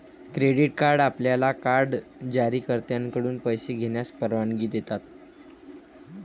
credit card आपल्याला card जारीकर्त्याकडून पैसे घेण्यास परवानगी देतात